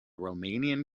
romanian